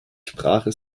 sprache